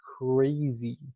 crazy